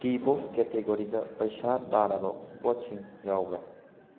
T ꯕꯣꯛꯁ ꯀꯦꯇꯦꯒꯣꯔꯤꯗ ꯄꯩꯁꯥ ꯇꯥꯔꯕ ꯄꯣꯠ ꯁꯤꯡ ꯌꯥꯎꯕ꯭ꯔꯥ